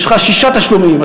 יש לך שישה תשלומים,